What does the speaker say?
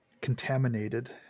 contaminated